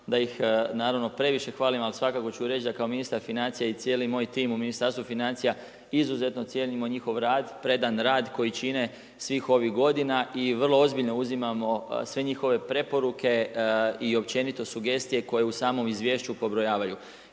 da ih naravno, previše hvalim, ali svakako ću reći da kao ministar financija i cijeli moj tim u Ministarstvu financija izuzetno cijenimo njihov predan rad, koji čine svih ovih godina i vrlo ozbiljno uzimamo sve njihove preporuke i općenito sugestije koje u samom izvješću pobrojavaju,